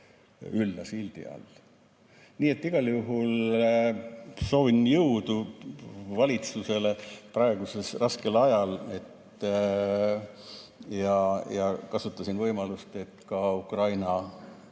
ülla sildi all. Nii et igal juhul soovin jõudu valitsusele praegusel raskel ajal, ja kasutasin võimalust, et ka Ukraina